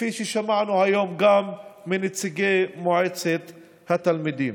כפי ששמענו היום גם מנציגי מועצת התלמידים.